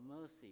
mercy